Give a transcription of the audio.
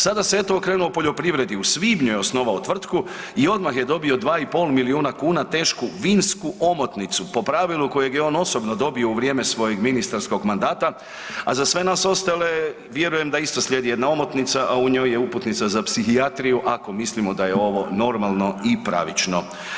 Sada se eto okrenuo poljoprivredi, u svibnju je osnovao tvrtku i odmah je dio 2,5 milijuna kuna tešku vinsku omotnicu po pravilu kojeg je on osobno dobio u vrijeme svojeg ministarskog mandata, a za sve nas ostale vjerujem da isto slijedi jedna omotnica, a u njoj je uputnica za psihijatriju ako mislimo da je ovo normalno i pravično.